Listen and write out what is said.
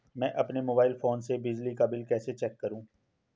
मैं अपने mobile phone से बिजली का बिल कैसे चेक करूं?